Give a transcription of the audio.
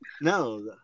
no